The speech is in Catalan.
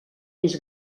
més